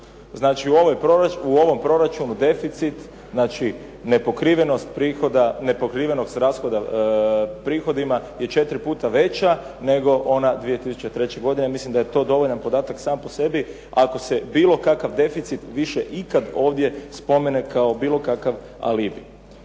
Znači u ovom proračunu deficit, znači nepokrivenost prihoda, nepokrivenost rashoda prihodima je 4 puta veća, nego ona 2003. godine. Ja mislim da je to dovoljan podatak sam po sebi, ako se bilo kakav deficit više ikad ovdje spomene kao bilo kakav alibi.